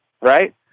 right